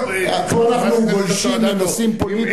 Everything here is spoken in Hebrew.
טוב, פה אנחנו גולשים לנושאים פוליטיים.